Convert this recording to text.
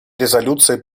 резолюции